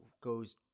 goes